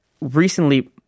recently